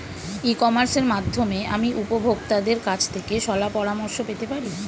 ই কমার্সের মাধ্যমে আমি উপভোগতাদের কাছ থেকে শলাপরামর্শ পেতে পারি?